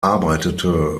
arbeitete